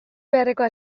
beharrekoa